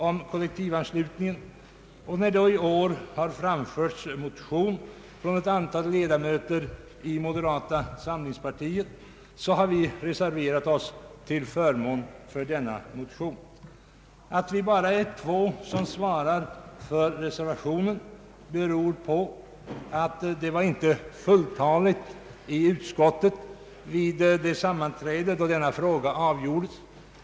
När det i år har väckts en motion i denna fråga av ett antal ledamöter i moderata samlingspartiet har vi därför reserverat oss till förmån för motionen. Att bara två medlemmar inom vårt parti svarar för reservationen beror på att vi inte var fulltaligt representerade i utskottet vid det sammanträde då frågan avgjordes.